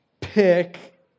pick